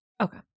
Okay